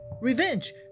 revenge